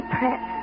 Press